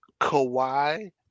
Kawhi